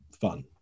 fun